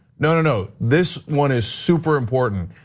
no, no, no, this one is super important.